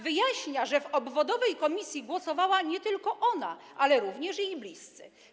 Wyjaśnia, że w obwodowej komisji głosowała nie tylko ona, ale również jej bliscy.